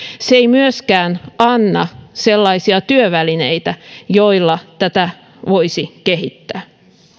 se ei myöskään anna sellaisia työvälineitä joilla tätä voisi kehittää